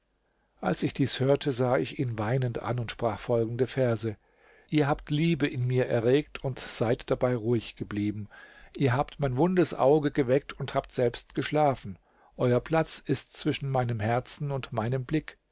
als ich dies hörte sah ich ihn weinend an und sprach folgende verse ihr habt liebe in mir erregt und seid dabei ruhig geblieben ihr habt mein wundes auge geweckt und habt selbst geschlafen euer platz ist zwischen meinem herzen und meinem blick